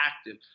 active